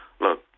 look